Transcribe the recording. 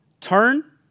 Turn